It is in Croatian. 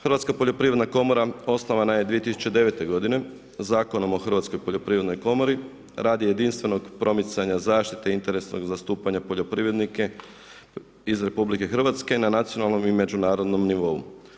Hrvatska poljoprivredna komora osnovana je 2009. godine Zakonom o Hrvatskoj poljoprivrednoj komori radi jedinstvenog promicanja zaštite interesnog zastupanja poljoprivrednika iz RH na nacionalnom i međunarodnom nivou.